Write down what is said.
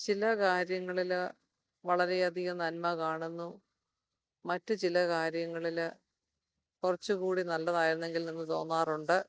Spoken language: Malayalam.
ചില കാര്യങ്ങളിൽ വളരെയധികം നന്മ കാണുന്നു മറ്റ് ചില കാര്യങ്ങളിൽ കുറച്ചുകൂടി നല്ലതായിരുന്നെങ്കിൽ എന്ന് തോന്നാറുണ്ട്